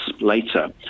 later